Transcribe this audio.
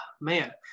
man